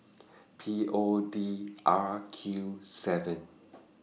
P O D R Q seven